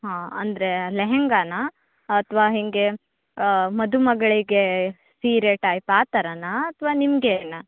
ಹಾಂ ಅಂದರೆ ಲೆಹೆಂಗಾನಾ ಅಥವಾ ಹೇಗೇ ಮದುಮಗಳಿಗೆ ಸೀರೆ ಟೈಪ್ ಆ ಥರನಾ ಅಥವಾ ನಿಮಗೇನಾ